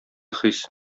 хис